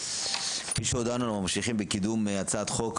כפי שהודענו אנחנו ממשיכים בקידום הצעת החוק,